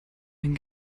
den